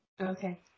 Okay